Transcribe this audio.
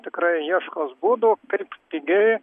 tikrai ieškos būdų kaip pigiai